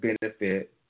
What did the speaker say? benefit